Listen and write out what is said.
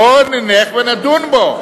בוא נלך ונדון בו.